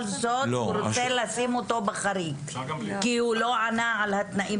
זאת רוצה לשים אותו בחריג כי הוא לא ענה על התנאים.